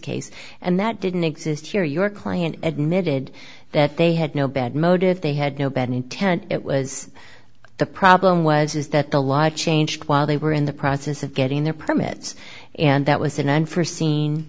case and that didn't exist here your client admitted that they had no bad motives they had no bad intent it was the problem was is that the law changed while they were in the process of getting their permits and that was an unforseen